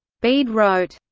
bede wrote,